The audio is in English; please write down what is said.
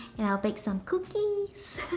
and i'll bake some cookies.